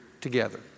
together